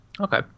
Okay